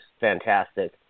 fantastic